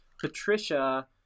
Patricia